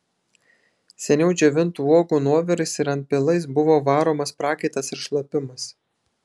seniau džiovintų uogų nuovirais ir antpilais buvo varomas prakaitas ir šlapimas